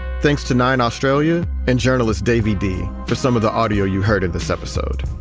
thanks to nine australia and journalist davey d for some of the audio you heard in this episode.